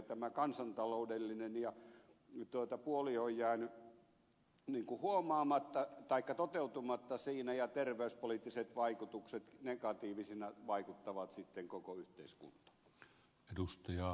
tämä kansantaloudellinen puoli on jäänyt niin kuin toteutumatta siinä ja terveyspoliittiset vaikutukset negatiivisina vaikuttavat sitten koko yhteiskuntaan